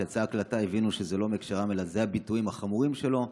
וכשיצאה ההקלטה הבינו שזה לא "מהקשרם" אלא אלה הביטויים החמורים שלו.